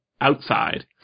outside